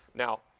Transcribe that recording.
now,